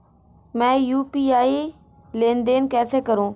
मैं यू.पी.आई लेनदेन कैसे करूँ?